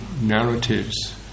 narratives